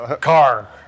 car